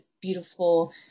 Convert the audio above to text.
beautiful